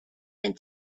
and